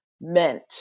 meant